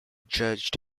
judged